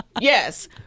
yes